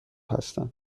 هستند